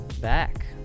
back